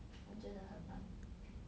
我觉得很难